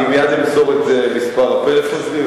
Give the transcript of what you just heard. אני מייד אמסור את מספר הפלאפון שלי,